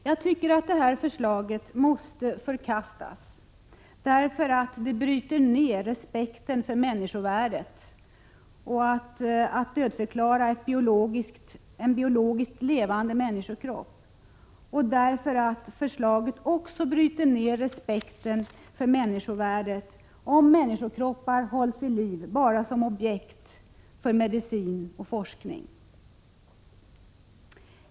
Jag tycker att detta förslag måste förkastas, eftersom det bryter ner respekten för människovärdet att dödförklara en biologiskt levande människokropp, liksom det bryter ner respekten för människovärdet att människokroppar hålls vid liv bara som objekt för medicin och forskning.